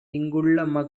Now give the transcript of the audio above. இங்குள்ள